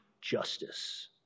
justice